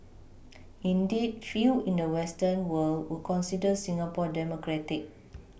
indeed few in the Western world would consider Singapore democratic